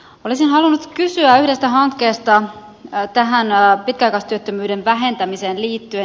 olisin halunnut kysyä yhdestä hankkeesta tähän pitkäaikaistyöttömyyden vähentämiseen liittyen